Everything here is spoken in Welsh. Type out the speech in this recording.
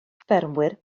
ffermwyr